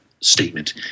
statement